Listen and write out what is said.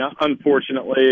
unfortunately